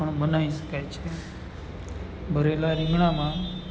પણ બનાવી શકાય છે ભરેલા રીંગણાંમાં